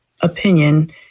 opinion